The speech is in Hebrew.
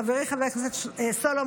חברי חבר הכנסת סולומון,